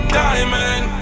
diamond